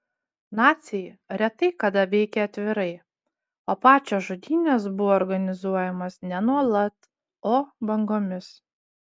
naciai retai kada veikė atvirai o pačios žudynės buvo organizuojamos ne nuolat o bangomis